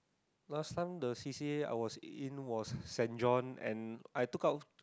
last time the c_c_a I was in was Saint John and I took out